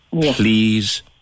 Please